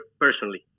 personally